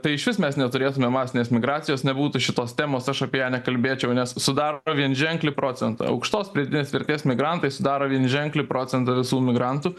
tai išvis mes neturėtume masinės migracijos nebūtų šitos temos aš apie ją nekalbėčiau nes sudaro vienženklį procentą aukštos pridėtinės vertės migrantai sudaro vienženklį procentą visų migrantų